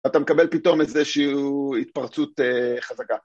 אתה מקבל פתאום איזושהי התפרצות חזקה.